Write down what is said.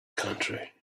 country